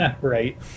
Right